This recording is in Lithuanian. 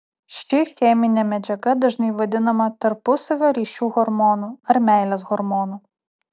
ši cheminė medžiaga dažnai vadinama tarpusavio ryšių hormonu ar meilės hormonu